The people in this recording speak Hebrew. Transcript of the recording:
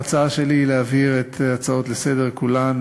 ההצעה שלי היא להעביר את ההצעות לסדר-היום כולן,